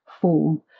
form